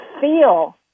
feel